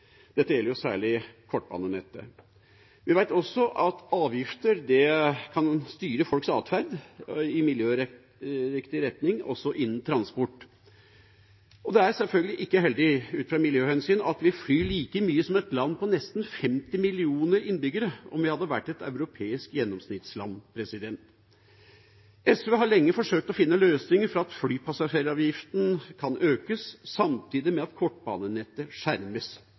Dette gjelder særlig kortbanenettet. Vi vet også at avgifter kan styre folks atferd i miljøriktig retning også innen transport. Det er selvfølgelig ikke heldig ut fra miljøhensyn at vi flyr like mye som et land med nesten 50 millioner innbyggere – om vi hadde vært et europeisk gjennomsnittsland. SV har lenge forsøkt å finne løsninger for at flypassasjeravgiften kan økes samtidig med at kortbanenettet skjermes.